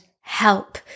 help